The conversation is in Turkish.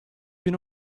bin